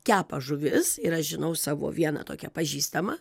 kepa žuvis ir aš žinau savo vieną tokią pažįstamą